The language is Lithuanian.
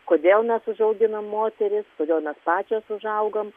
kodėl mes užauginam moteris kodėl mes pačios užaugam